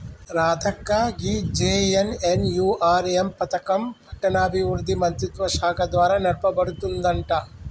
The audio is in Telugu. రాధక్క గీ జె.ఎన్.ఎన్.యు.ఆర్.ఎం పథకం పట్టణాభివృద్ధి మంత్రిత్వ శాఖ ద్వారా నడపబడుతుందంట